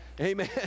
Amen